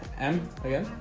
and again,